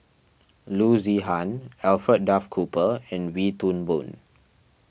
Loo Zihan Alfred Duff Cooper and Wee Toon Boon